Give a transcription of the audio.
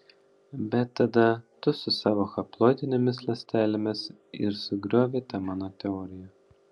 bet tada tu su savo haploidinėmis ląstelėmis ir sugriovei tą mano teoriją